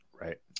Right